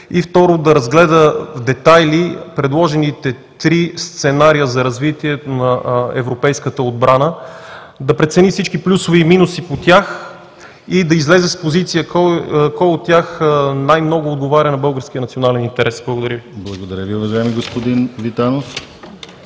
и второ, да разгледа в детайли предложените три сценария за развитие на европейската отбрана, да прецени всичките плюсове и минуси по тях и да излезе с позиция кой от тях най-много отговаря на българския национален интерес. Благодаря Ви. ПРЕДСЕДАТЕЛ ДИМИТЪР ГЛАВЧЕВ: Благодаря Ви, уважаеми господин Витанов.